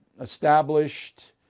established